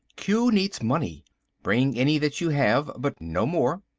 q needs money bring any that you have, but no more.